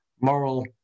Moral